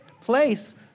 place